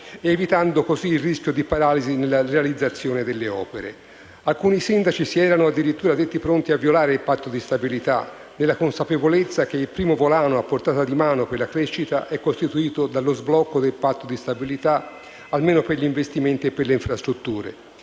ed evitando il rischio di paralisi nella realizzazione delle opere. Alcuni sindaci si erano detti pronti a violare il Patto di stabilità, nella consapevolezza che il primo volano a portata di mano per la crescita è costituito dallo sblocco del Patto di stabilità, almeno per gli investimenti e per le infrastrutture.